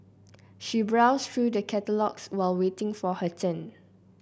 she browsed through the catalogues while waiting for her turn